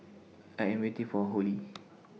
I Am waiting For Hollie